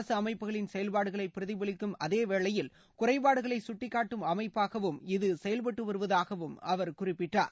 அரசு அமைப்புகளின் செயல்பாடுகளை பிரதிபலிக்கும் அதே வேளையில் குறைபாடுகளை சுட்டிக்காட்டும் அமைப்பாகவும் இது செயல்பட்டுவருவதாகவும் அவர் குறிப்பிட்டார்